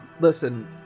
Listen